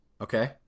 okay